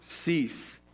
cease